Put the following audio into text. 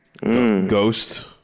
Ghost